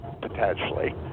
potentially